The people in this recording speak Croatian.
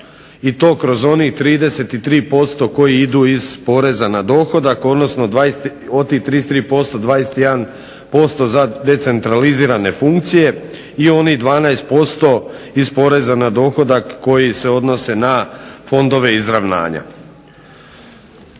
i to kroz onih 33% koji idu iz poreza na dohodak, odnosno od tih 33% 21% za decentralizirane funkcije i onih 12% iz poreza na dohodak koji se odnose na fondove izravnanja.